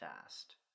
fast